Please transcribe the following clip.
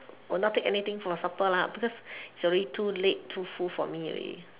will not take anything for supper lah because it's already too late too full for me ready